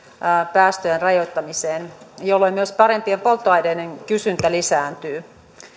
päästöjen rajoittamiseen jolloin myös parempien polttoaineiden kysyntä lisääntyy